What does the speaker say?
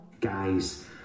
Guys